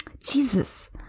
Jesus